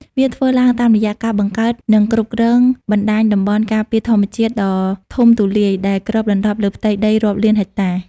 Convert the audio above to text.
វាធ្វើឡើងតាមរយៈការបង្កើត និងគ្រប់គ្រងបណ្តាញតំបន់ការពារធម្មជាតិដ៏ធំទូលាយ ដែលគ្របដណ្តប់លើផ្ទៃដីរាប់លានហិកតា។